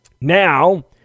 Now